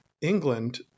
England